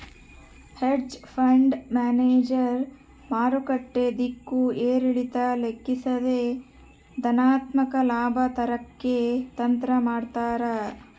hedge fund manager ಮಾರುಕಟ್ಟೆ ದಿಕ್ಕು ಏರಿಳಿತ ಲೆಕ್ಕಿಸದೆ ಧನಾತ್ಮಕ ಲಾಭ ತರಕ್ಕೆ ತಂತ್ರ ಮಾಡ್ತಾರ